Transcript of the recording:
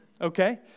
okay